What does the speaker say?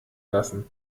lassen